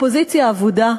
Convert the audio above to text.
אופוזיציה אבודה.